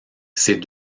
ces